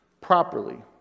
properly